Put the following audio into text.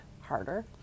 harder